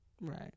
Right